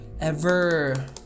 ever-